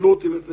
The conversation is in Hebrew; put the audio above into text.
גידלו אותי לזה,